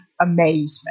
amazement